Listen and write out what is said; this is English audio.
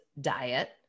diet